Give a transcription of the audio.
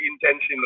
intention